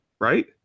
right